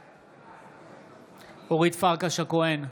בעד אורית פרקש הכהן,